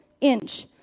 inch